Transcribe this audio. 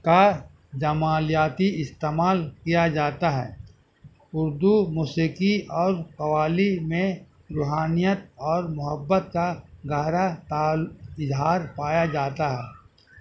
کا جمالیاتی استعمال کیا جاتا ہے اردو موسیقی اور قوالی میں روحانیت اور محبت کا گہرا اظہار پایا جاتا ہے